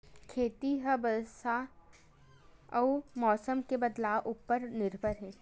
खेती हा बरसा अउ मौसम के बदलाव उपर निर्भर हे